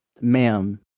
ma'am